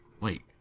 wait